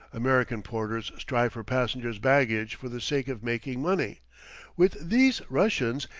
american porter's strive for passengers' baggage for the sake of making money with these russians,